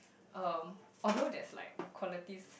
uh although there's like qualities